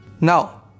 Now